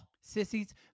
Sissies